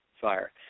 fire